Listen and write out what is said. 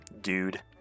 dude